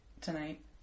tonight